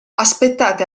aspettate